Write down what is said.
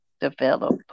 Develop